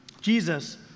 Jesus